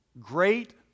Great